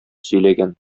сөйләгән